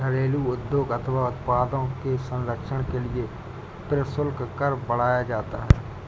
घरेलू उद्योग अथवा उत्पादों के संरक्षण के लिए प्रशुल्क कर बढ़ाया जाता है